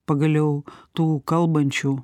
pagaliau tų kalbančių